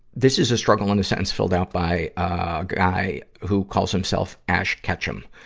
this is a struggle in a sentence filled out by a guy who calls himself ash ketchum.